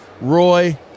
roy